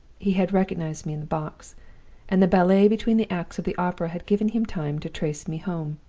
he had recognized me in the box and the ballet between the acts of the opera had given him time to trace me home.